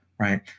Right